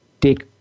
take